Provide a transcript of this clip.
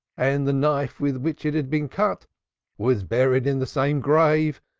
and the knife with which it had been cut was buried in the same grave,